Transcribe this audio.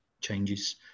changes